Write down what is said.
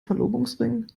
verlobungsring